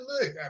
look